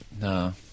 No